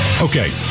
Okay